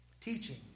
Teaching